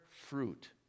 fruit